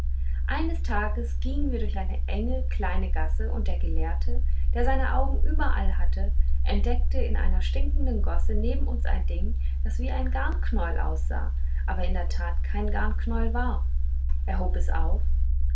eines tages gingen wir durch eine enge kleine gasse und der gelehrte der seine augen überall hatte entdeckte in einer stinkenden gosse neben uns ein ding das wie ein garnknäuel aussah aber in der tat kein garnknäuel war er hob es auf